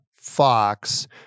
Fox